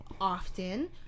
often